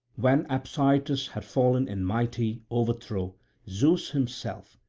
when apsyrtus had fallen in mighty overthrow zeus himself,